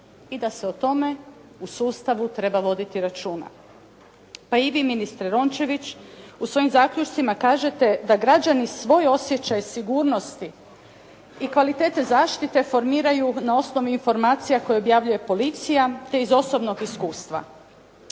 i da se o tome u sustavu treba voditi računa. Pa i vi ministre Rončević u svojim zaključcima kažete da građani svoj osjećaj sigurnosti i kvalitete zaštite formiraju na osnovi informacija koje objavljuje policija te iz osobnog iskustva.